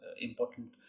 important